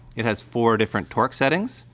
it has four different torque settings.